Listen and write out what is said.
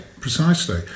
precisely